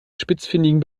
spitzfindigen